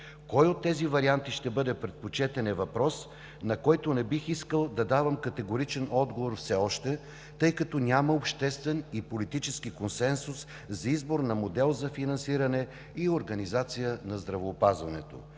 Кой от тези варианти ще бъде предпочетен, е въпрос, на който не бих искал да давам все още категоричен отговор, тъй като няма обществен и политически консенсус за избор на модел за финансиране и организация на здравеопазването.